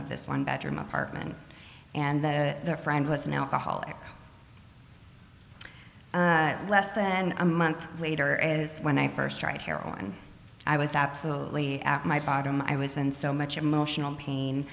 of this one bedroom apartment and that the friend was an alcoholic less than a month later is when i first tried heroin i was absolutely at my bottom i was in so much emotional pain